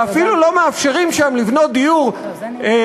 ואפילו לא מאפשרים לבנות שם דיור בר-השגה